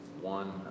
One